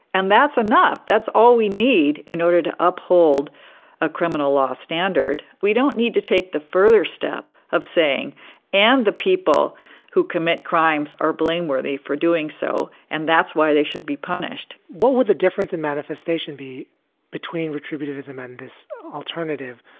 and that's enough. that's all we need in order to uphold a criminal law standard. we don't need to take the further step of saying and the people who commit crimes are blameworthy for doing so. and that's why they should be punished what would the difference in manifestation be between retributive ism and this alternative?